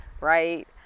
right